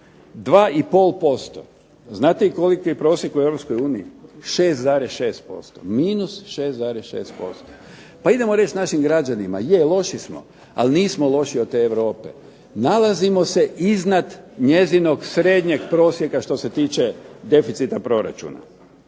2,5%. Znate li koliki je prosjek u EU? 6,6%; -6,6. Pa idemo reći našim građanima je loši smo, ali nismo lošiji od te Europe. Nalazimo se iznad njezinog srednjeg prosjeka što se tiče deficita proračuna.